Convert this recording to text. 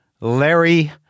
Larry